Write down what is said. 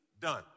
done